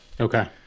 Okay